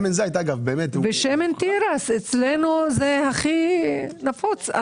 שמן התירס הוא הכי נפוץ אצלנו,